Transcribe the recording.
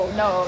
no